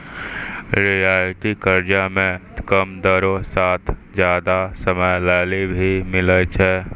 रियायती कर्जा मे कम दरो साथ जादा समय लेली भी मिलै छै